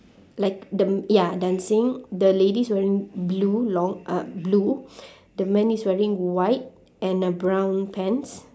like the ya dancing the lady is wearing blue long uh blue the man is wearing white and a brown pants